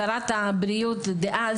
שרת הבריאות דאז,